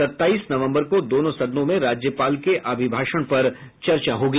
सत्ताईस नवम्बर को दोनों सदनों में राज्यपाल के अभिभाषण पर चर्चा होगी